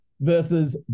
versus